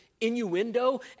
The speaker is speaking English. innuendo